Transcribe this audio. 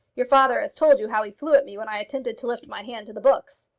your father has told you how he flew at me when i attempted to lift my hand to the books.